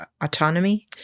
autonomy